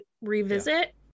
revisit